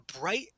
bright